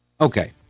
Okay